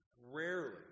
Rarely